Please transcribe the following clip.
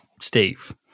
Steve